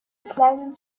kleinen